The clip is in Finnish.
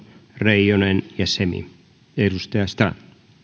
reijonen ja semi